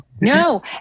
no